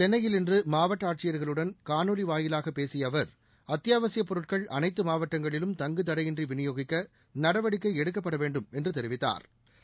சென்னையில் இன்று மாவட்ட ஆட்சியர்களுடன் காணொலி வாயிலாக அத்தியாவசியப் பொருட்கள் அனைத்து மாவட்டங்களிலும் தங்குத்தடையின்றி விநியோகிக்க நடவடிக்கை எடுக்கப்பட வேண்டும் என்று தெரிவித்தாா்